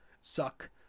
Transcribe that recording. suck